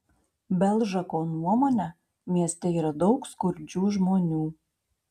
belžako nuomone mieste yra daug skurdžių žmonių